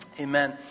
Amen